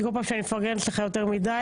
כי כל פעם שאני מפרגנת לך יותר מידי,